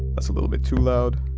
a little bit too loud.